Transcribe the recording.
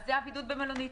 זה הבידוד במלונית.